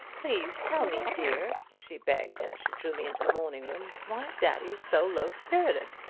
please tell me, dear, she begged, as she drew me into the morning room, why daddy is so low-spirited!